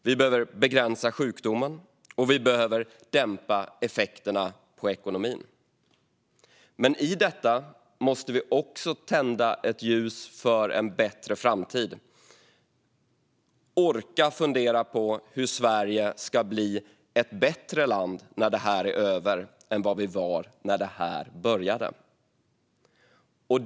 Vi behöver begränsa sjukdomen, och vi behöver dämpa effekterna på ekonomin. Men i detta måste vi också tända ett ljus för en bättre framtid och orka fundera på hur Sverige ska bli ett bättre land när detta är över än vad vi var när detta började.